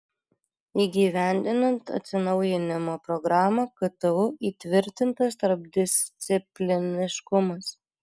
įgyvendinant atsinaujinimo programą ktu įtvirtintas tarpdiscipliniškumas